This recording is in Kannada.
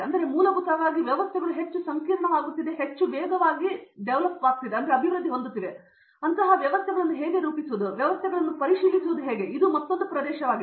ಆದ್ದರಿಂದ ಮೂಲಭೂತವಾಗಿ ವ್ಯವಸ್ಥೆಗಳು ಹೆಚ್ಚು ಹೆಚ್ಚು ಸಂಕೀರ್ಣವಾಗುತ್ತವೆ ಮತ್ತು ಅಂತಹ ವ್ಯವಸ್ಥೆಗಳನ್ನು ಹೇಗೆ ರೂಪಿಸುವುದು ಅಂತಹ ವ್ಯವಸ್ಥೆಗಳನ್ನು ಹೇಗೆ ಪರಿಶೀಲಿಸುವುದು ಆದ್ದರಿಂದ ಅದು ಮತ್ತೊಂದು ಪ್ರದೇಶವಾಗಿದೆ